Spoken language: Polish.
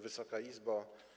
Wysoka Izbo!